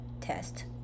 test